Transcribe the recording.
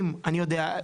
אני יודע,